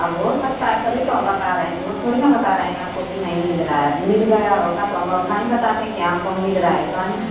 अब हो सकता है तभी तो हम बता रए हैं झूठ थोड़ी न बता रहे हैं आपको कि नहीं मिल रहा है मिल गया होता तो हम अब नहीं बतातें कि हाँ हमको मिल रहा है पानी